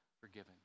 forgiven